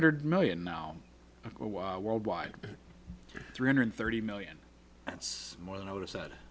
hundred million now worldwide three hundred thirty million that's more than i would've said